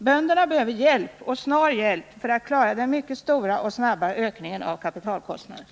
Bönderna behöver hjälp, och snar hjälp, för att klara den mycket stora och snabba ökningen av kapitalkostnaderna.